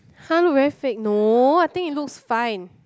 har look very fake no I think it looks fine